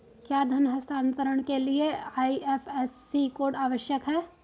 क्या धन हस्तांतरण के लिए आई.एफ.एस.सी कोड आवश्यक है?